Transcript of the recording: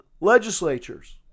legislatures